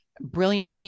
brilliant